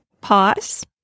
pause